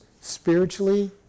spiritually